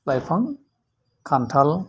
लाइफां खान्थाल